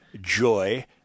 Joy